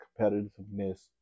competitiveness